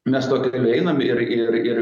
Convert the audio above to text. mes tuo keliu einam ir ir ir